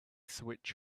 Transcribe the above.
switch